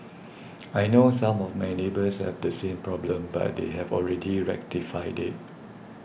I know some of my neighbours have the same problem but they have already rectified it